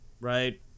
right